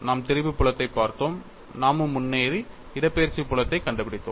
நாம் திரிபு புலத்தைப் பார்த்தோம் நாமும் முன்னேறி இடப்பெயர்ச்சி புலத்தைக் கண்டுபிடித்தோம்